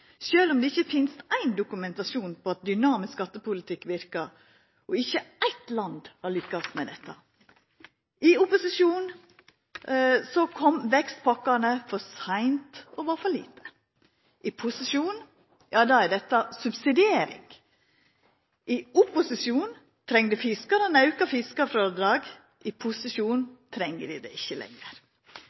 om det ikkje finst éin dokumentasjon på at dynamisk skattepolitikk verkar, og ikkje eitt land har lykkast med dette. I opposisjon kom vekstpakkane for seint og var for små, i posisjon er dette subsidiering. I opposisjon trong fiskarane auka fiskarfrådrag, i posisjon treng dei det ikkje lenger.